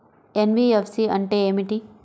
NBFC అంటే ఏమిటి?